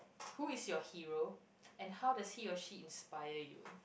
who is your hero and how does he or she inspire you